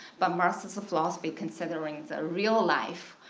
but marxist philosophy considering the real life,